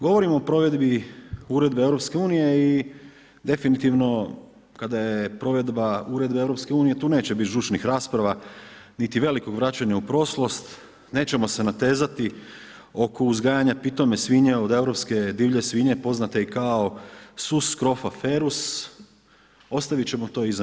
Govorimo o provedbi uredbe EU i definitivno kada je provedba uredbe EU tu neće biti žučnih rasprava niti velikog vraćanja u prošlost, nećemo se natezati oko uzgajanja pitome svinje od europske divlje svinje poznate i kao ... ostavit ćemo to iza nas.